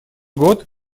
год